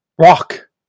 Rock